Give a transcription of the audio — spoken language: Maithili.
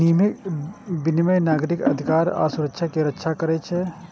विनियम नागरिक अधिकार आ सुरक्षा के रक्षा करै छै